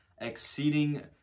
Exceeding